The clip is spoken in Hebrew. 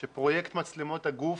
שפרויקט מצלמות הגוף